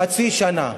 חצי שנה.